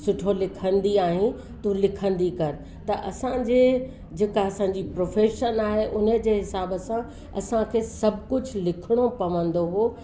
सुठो लिखंदी आहे तूं लिखंदी कर त असांजे जेका असांजी प्रोफेशन आहे उन जे हिसाब सां असांखे सभु कुझु लिखिणो पवंदो हुओ